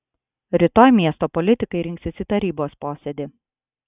rytoj miesto politikai rinksis į tarybos posėdį